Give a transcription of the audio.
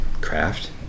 craft